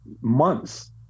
months